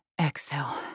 exhale